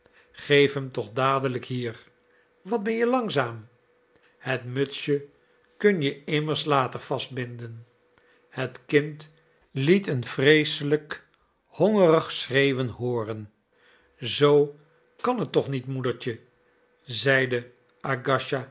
geef hem toch dadelijk hier wat ben je langzaam het mutsje kun je immers later vastbinden het kind liet een vreeselijk hongerig schreeuwen hooren zoo kan het toch niet moedertje zeide